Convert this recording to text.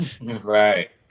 Right